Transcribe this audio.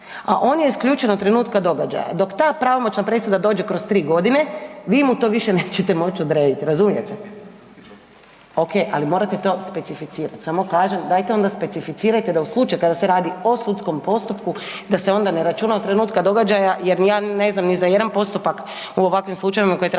a on je isključen od trenutka događaja, dok ta pravomoćna presuda dođe kroz 3 godine, vi mu to više nećete moći odrediti, razumijete? Okej, ali morate to specificirati, samo kažem, dajte onda specificirajte, da u slučaju kad se radi o sudskom postupku, da se onda ne računa od trenutka događaja jer ni ja ne znam ni za jedan postupak u ovakvim slučajevima koji traje